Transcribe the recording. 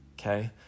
Okay